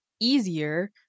easier